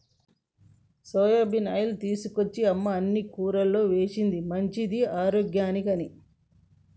soybean ఆయిల్ని తీసుకొచ్చి అమ్మ అన్ని కూరల్లో వేశింది మంచిది ఆరోగ్యానికి అని